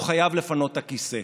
הוא חייב לפנות את הכיסא,